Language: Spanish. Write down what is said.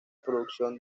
producción